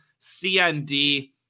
CND